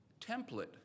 template